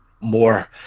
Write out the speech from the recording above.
more